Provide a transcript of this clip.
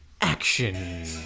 action